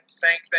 thank